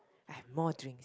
I have more drink